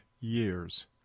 years